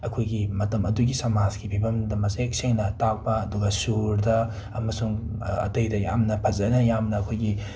ꯑꯩꯈꯣꯏꯒꯤ ꯃꯇꯝ ꯑꯗꯨꯒꯤ ꯁꯃꯥꯁꯀꯤ ꯐꯤꯕꯝꯗ ꯃꯌꯦꯛ ꯁꯦꯡꯅ ꯇꯥꯛꯄ ꯑꯗꯨꯒ ꯁꯨꯔꯗ ꯑꯃꯁꯨꯡ ꯑꯇꯩꯗ ꯌꯥꯝꯅ ꯐꯖꯅ ꯌꯥꯝꯅ ꯑꯩꯈꯣꯏꯒꯤ